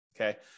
okay